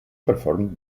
performed